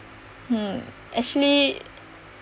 mm actually